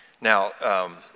now